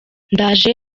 ndaje